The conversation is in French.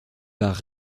par